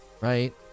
right